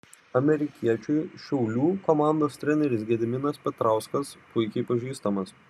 amerikiečiui šiaulių komandos treneris gediminas petrauskas puikiai pažįstamas